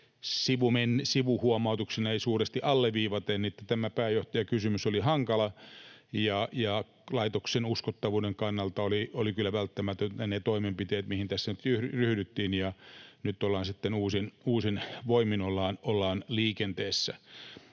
sivuhuomautuksena, ei suuresti alleviivaten, niin tämä pääjohtajakysymys oli hankala ja laitoksen uskottavuuden kannalta olivat kyllä välttämättömiä ne toimenpiteet, mihin tässä ryhdyttiin. Nyt ollaan sitten uusin voimin liikenteessä.